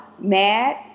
mad